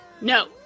No